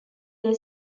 they